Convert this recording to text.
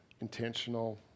intentional